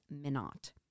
Minot